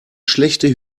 schlechte